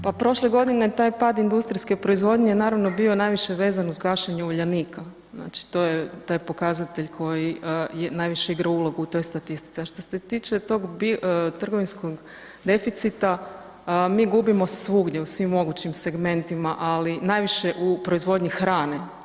Pa prošle godine je taj pad industrijske proizvodnje naravno bio najviše vezan uz gašenje Uljanika, znači to je taj pokazatelj koji najviše igra ulogu u toj statistici, a što se tiče tog trgovinskog deficita mi gubimo svugdje u svim mogućim segmentima, ali najviše u proizvodnji hrane.